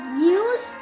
news